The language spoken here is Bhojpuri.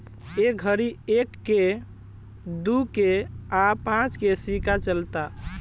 ए घड़ी एक के, दू के आ पांच के सिक्का चलता